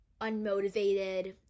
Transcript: unmotivated